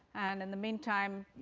and in the meantime,